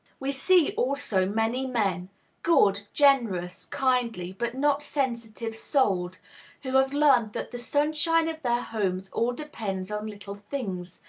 we see, also, many men good, generous, kindly, but not sensitive-souled who have learned that the sunshine of their homes all depends on little things,